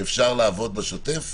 אפשר לעבוד בשוטף